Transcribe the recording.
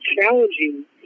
challenging